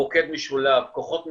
מוקד משולב, כוחות משימה,